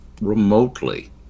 remotely